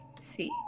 see